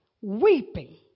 weeping